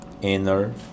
inner